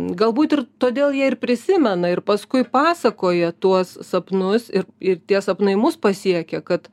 galbūt ir todėl jie ir prisimena ir paskui pasakoja tuos sapnus ir ir tie sapnai mus pasiekia kad